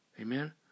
Amen